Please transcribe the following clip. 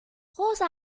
rosa